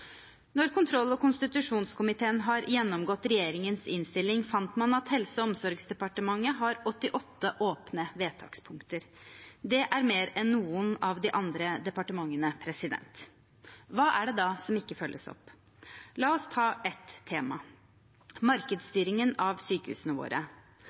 kontroll- og konstitusjonskomiteen gjennomgikk regjeringens melding, fant man at Helse- og omsorgsdepartementet har 88 åpne vedtakspunkter. Det er mer enn noen av de andre departementene har. Hva er det da som ikke følges opp? La oss ta ett tema, markedsstyringen av sykehusene våre.